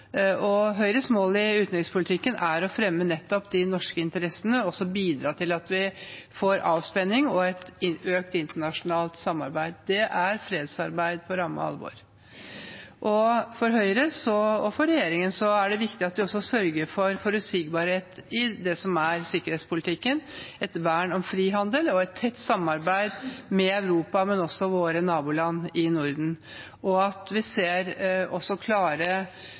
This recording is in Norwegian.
forutsigbar. Høyres mål i utenrikspolitikken er å fremme nettopp de norske interessene og bidra til at vi får avspenning og et økt internasjonalt samarbeid. Det er fredsarbeid på ramme alvor. For Høyre og for regjeringen er det viktig at vi også sørger for forutsigbarhet i det som er sikkerhetspolitikken, et vern om frihandel og et tett samarbeid med Europa, men også våre naboland i Norden, og at vi ser klare